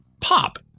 pop